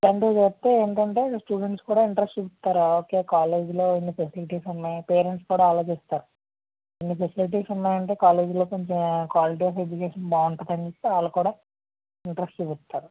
ఇట్లాంటివి చేస్తే ఏమిటి అంటే స్టూడెంట్స్ కూడ ఇంట్రెస్ట్ చూపిస్తారు ఒకే కాలేజులో ఇన్ని ఫెసిలిటీస్ ఉన్నాయి పేరెంట్స్ కూడ ఆలోచిస్తారు ఇన్ని ఫెసిలిటీస్ ఉన్నాయి అంటే కాలేజ్లో కొంచెం క్వాలిటీ ఆఫ్ ఎడ్యుకేషన్ బాగుంటుంది అనేసి చెప్పి వాళ్ళు కూడ ఇంట్రెస్ట్ చూపిస్తారు